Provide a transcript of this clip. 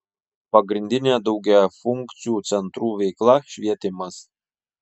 pagrindinė daugiafunkcių centrų veikla švietimas